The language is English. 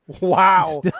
Wow